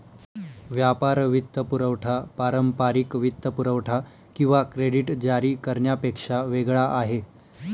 व्यापार वित्तपुरवठा पारंपारिक वित्तपुरवठा किंवा क्रेडिट जारी करण्यापेक्षा वेगळा आहे